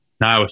No